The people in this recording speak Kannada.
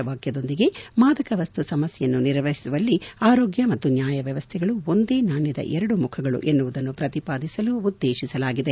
ಈ ಫೋಷವಾಕ್ಯದೊಂದಿಗೆ ಮಾದಕ ವಸ್ತು ಸಮಸ್ಯೆಯನ್ನು ನಿರ್ವಹಿಸುವಲ್ಲಿ ಆರೋಗ್ಯ ಮತ್ತು ನ್ಞಾಯ ವ್ಯವಸ್ಥೆಗಳು ಒಂದೇ ನಾಣ್ಯದ ಎರಡು ಮುಖಗಳು ಎನ್ನುವುದನ್ನು ಪ್ರತಿಪಾದಿಸಲು ಉದ್ದೇಶಿಸಲಾಗಿದೆ